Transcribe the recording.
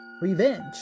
revenge